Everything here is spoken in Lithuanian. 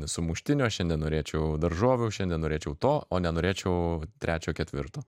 sumuštinio šiandien norėčiau daržovių šiandien norėčiau to o nenorėčiau trečio ketvirto